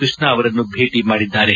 ಕೃಷ್ಣ ಅವರನ್ನು ಭೇಟ ಮಾಡಿದ್ದಾರೆ